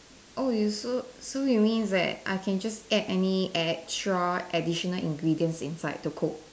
oh you so so you mean that I can just get any extra ingredients inside to cook